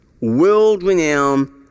World-renowned